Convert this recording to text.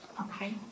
Okay